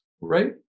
right